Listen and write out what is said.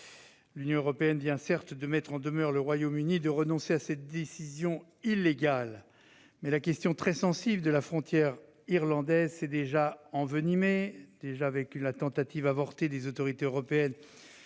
L'Union européenne vient certes de mettre en demeure le Royaume-Uni de renoncer à cette décision illégale, mais la question très sensible de la frontière irlandaise s'est déjà envenimée avec la tentative avortée des autorités européennes